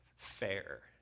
fair